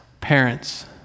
parents